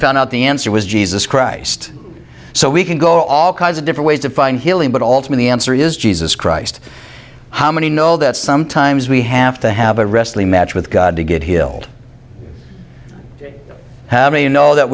found out the answer was jesus christ so we can go all kinds of different ways to find healing but all to me the answer is jesus christ how many know that sometimes we have to have a wrestling match with god to get healed have you know that